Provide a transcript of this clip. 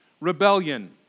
rebellion